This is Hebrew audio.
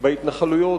בהתנחלויות.